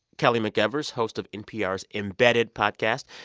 kelly mcevers, host of npr's embedded podcast,